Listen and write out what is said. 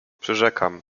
przyrzekam